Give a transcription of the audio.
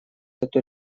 эту